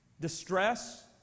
Distress